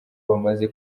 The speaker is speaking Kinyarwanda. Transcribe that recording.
bamaze